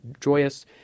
joyous